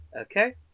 Okay